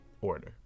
order